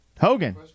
Hogan